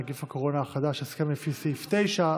נגיף הקורונה החדש) (הסכם לפי סעיף 9),